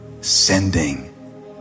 sending